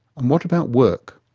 and what about work?